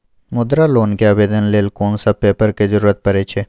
मुद्रा लोन के आवेदन लेल कोन सब पेपर के जरूरत परै छै?